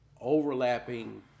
overlapping